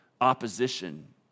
opposition